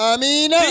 Amen